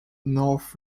north